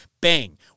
bang